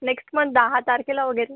next month दहा तारखेला वगैरे